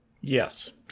Yes